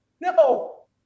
No